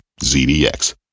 ZDX